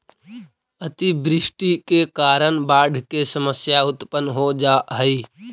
अतिवृष्टि के कारण बाढ़ के समस्या उत्पन्न हो जा हई